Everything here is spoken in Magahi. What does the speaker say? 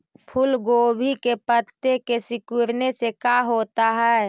फूल गोभी के पत्ते के सिकुड़ने से का होता है?